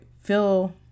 feel